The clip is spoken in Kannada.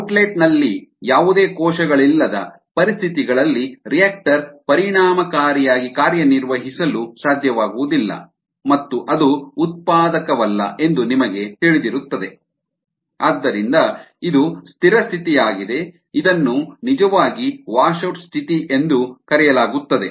ಔಟ್ಲೆಟ್ ನಲ್ಲಿ ಯಾವುದೇ ಕೋಶಗಳಿಲ್ಲದ ಪರಿಸ್ಥಿತಿಗಳಲ್ಲಿ ರಿಯಾಕ್ಟರ್ ಪರಿಣಾಮಕಾರಿಯಾಗಿ ಕಾರ್ಯನಿರ್ವಹಿಸಲು ಸಾಧ್ಯವಾಗುವುದಿಲ್ಲ ಮತ್ತು ಅದು ಉತ್ಪಾದಕವಲ್ಲ ಎಂದು ನಿಮಗೆ ತಿಳಿದಿರುತ್ತದೆ ಆದ್ದರಿಂದ ಇದು ಸ್ಥಿರ ಸ್ಥಿತಿಯಾಗಿದೆ ಇದನ್ನು ನಿಜವಾಗಿ ವಾಶೌಟ್ ಸ್ಥಿತಿ ಎಂದು ಕರೆಯಲಾಗುತ್ತದೆ